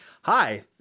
Hi